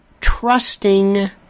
trusting